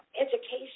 education